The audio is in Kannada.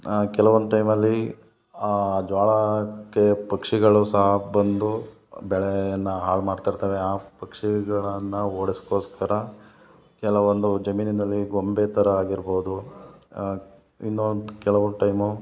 ಕೆಲ್ವೊಂದು ಟೈಮಲ್ಲಿ ಆ ಜೋಳಕ್ಕೆ ಪಕ್ಷಿಗಳು ಸಹ ಬಂದು ಬೆಳೆಯನ್ನು ಹಾಳು ಮಾಡ್ತಿರ್ತವೆ ಆ ಪಕ್ಷಿಗಳನ್ನು ಓಡ್ಸೋಕ್ಕೋಸ್ಕರ ಕೆಲವೊಂದು ಜಮೀನಿನಲ್ಲಿ ಗೊಂಬೆ ಥರ ಆಗಿರ್ಬೋದು ಇನ್ನೂ ಕೆಲ್ವೊಂದು ಟೈಮು